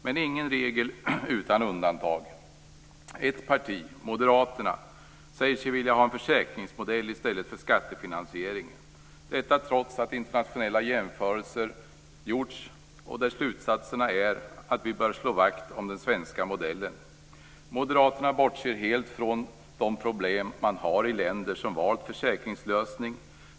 Men ingen regel utan undantag. Ett parti, Moderaterna, säger sig vilja ha en försäkringsmodell i stället för skattefinansieringen. Detta trots att internationella jämförelser gjorts där slutsatserna är att vi bör slå vakt om den svenska modellen. Moderaterna bortser helt från de problem man har i länder som valt en försäkringslösning.